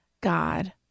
God